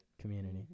community